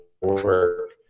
work